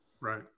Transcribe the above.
Right